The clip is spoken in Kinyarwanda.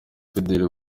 fidele